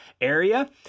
area